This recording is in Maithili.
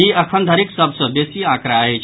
ई अखनधरिक सभ सॅ बेसी आंकड़ा अछि